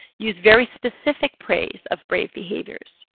use very specific praise of brave behaviors.